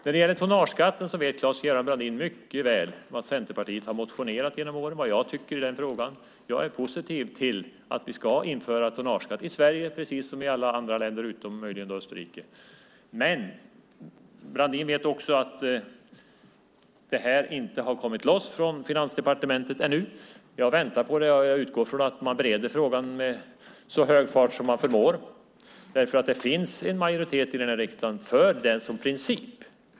När det gäller tonnageskatten vet Claes-Göran Brandin mycket väl vad Centerpartiet har motionerat genom åren och vad jag tycker i den frågan. Jag är positiv till att vi ska införa tonnageskatt i Sverige precis som i alla andra länder utom möjligen Österrike. Men Brandin vet också att det här inte har kommit loss från Finansdepartementet ännu. Jag väntar på det, och jag utgår från att man bereder frågan med så hög fart som man förmår. Det finns nämligen en majoritet i riksdagen för den som princip.